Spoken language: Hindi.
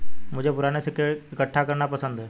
मुझे पूराने सिक्के इकट्ठे करना पसंद है